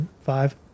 five